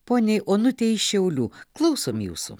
poniai onutei iš šiaulių klausom jūsų